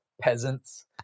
peasants